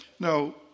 Now